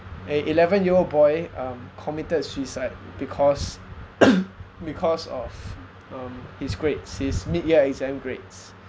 a eleven year old boy um committed suicide because because of um his grades his mid year exam grades